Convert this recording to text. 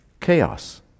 Chaos